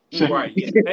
Right